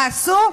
מה עשו?